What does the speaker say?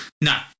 No